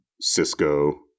Cisco